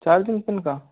charging pin का